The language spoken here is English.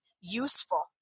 useful